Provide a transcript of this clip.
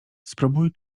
spróbuj